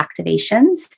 activations